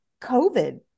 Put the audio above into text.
COVID